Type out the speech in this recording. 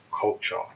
culture